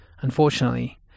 unfortunately